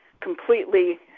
completely